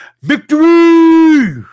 Victory